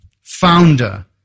founder